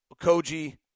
Koji